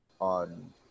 on